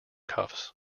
cuffs